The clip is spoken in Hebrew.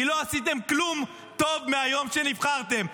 לא עשיתם כלום טוב מהיום שבו נבחרתם.